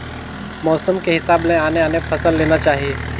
मउसम के हिसाब ले आने आने फसल लेना चाही